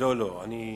לא, לא,